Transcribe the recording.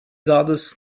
goddess